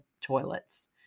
toilets